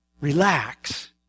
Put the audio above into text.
Relax